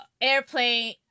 airplane